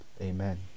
amen